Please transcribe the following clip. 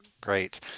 great